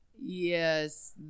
Yes